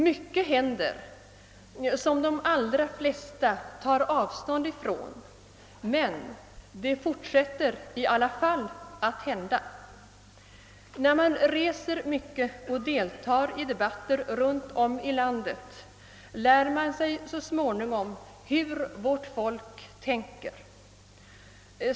Mycket händer, som de allra flesta tar avstånd från, men det fortsätter i alla fall att hända. När man reser omkring mycket och deltar i debatter runt om i landet, lär man sig så småningom hur vårt folk tänker.